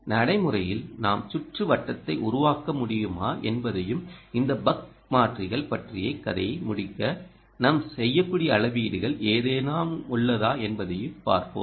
நடைமுறையில் நாம் சுற்றுவட்டத்தை உருவாக்க முடியுமா என்பதையும் இந்த பக் மாற்றிகள் பற்றிய கதையை முடிக்க நாம் செய்யக்கூடிய அளவீடுகள் ஏதேனும் உள்ளதா என்பதையும் பார்ப்போம்